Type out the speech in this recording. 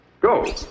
go